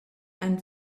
and